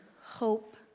hope